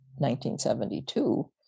1972